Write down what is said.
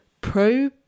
pro